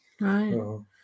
Right